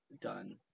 done